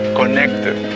connected